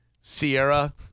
Sierra